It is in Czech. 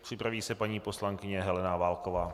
Připraví se paní poslankyně Helena Válková.